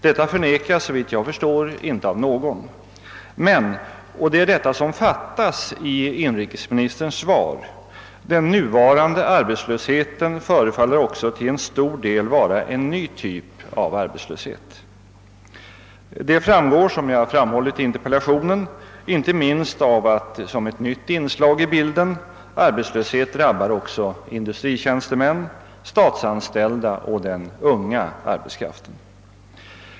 Detta förnekas såvitt jag förstår inte av någon. Men — och det är detta som fattas i inrikesministerns svar — den nuvarande arbetslösheten förefaller till stor del vara en ny typ av arbetslöshet. Det framgår, som jag påpekat i interpellationen, inte minst av att såsom ett nytt inslag i bilden arbetslösheten drabbar också industritjänstemän, statsanställda och den unga arbetskraften.